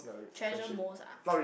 treasure most ah